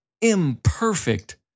imperfect